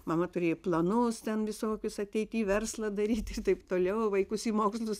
mama turėjo planus ten visokius ateity verslą daryti ir taip toliau vaikus į mokslus